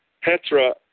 Petra